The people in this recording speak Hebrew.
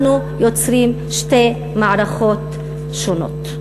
אנחנו יוצרים שתי מערכות שונות.